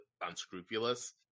unscrupulous